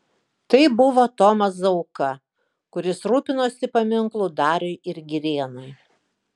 tai buvo tomas zauka kuris rūpinosi paminklu dariui ir girėnui